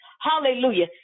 hallelujah